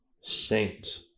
saint